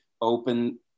open